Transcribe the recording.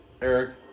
eric